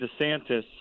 DeSantis